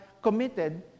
Committed